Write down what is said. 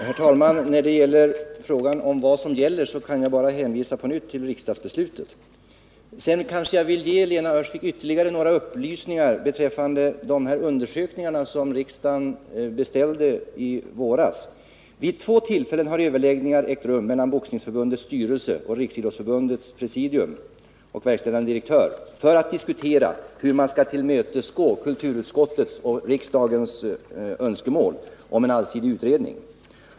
Herr talman! I frågan om vad som gäller kan jag bara hänvisa på nytt till riksdagsbeslutet. Sedan kanske jag bör ge Lena Öhrsvik ytterligare några upplysningar beträffande undersökningarna som riksdagen beställde i våras. Vid två tillfällen har överläggningar ägt rum mellan Boxningsförbundets styrelse och Riksidrottsförbundets presidium och verkställande direktör för att diskutera hur man skall tillmötesgå kulturutskottets och riksdagens önskemål om en allsidig utredning.